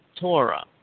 Torah